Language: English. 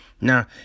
Now